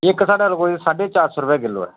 इक साढ़े कोई साड्ढे चार सौ रपेआ किल्लो ऐ